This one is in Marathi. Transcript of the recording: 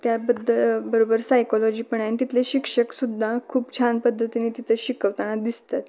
त्याबद्दल बरोबर सायकॉलॉजि पण आहे आणि तिथले शिक्षक सुद्धा खूप छान पद्धतीनं आहे तिथे शिकवताना दिसतात